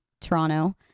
toronto